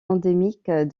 endémique